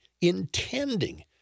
intending